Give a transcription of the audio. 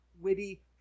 witty